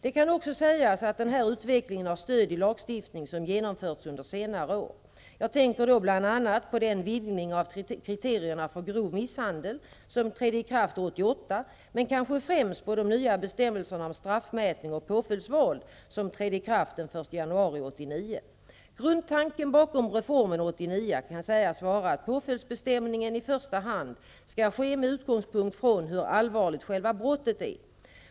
Det kan också sägas att den här utvecklingen har stöd i lagstiftning som genomförts under senare år. Jag tänker då bl.a. på den vidgning av kriterierna för grov misshandel som trädde i kraft år 1988 men kanske främst på de nya bestämmelserna om straffmätning och påföljdsval som trädde i kraft den Grundtanken bakom reformen år 1989 kan sägas vara att påföljdsbestämningen i första hand skall ske med utgångspunkt från hur allvarligt själva brottet är.